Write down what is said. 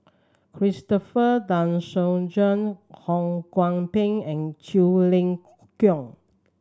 Christopher De Souza Ho Kwon Ping and Quek Ling Kiong